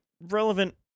relevant